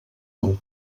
del